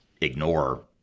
ignore